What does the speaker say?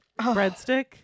breadstick